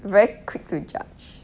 very quick to judge